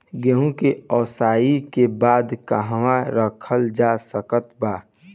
गेहूँ के ओसाई के बाद कहवा रखल जा सकत बा?